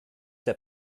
der